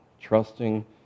trusting